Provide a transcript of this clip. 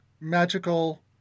magical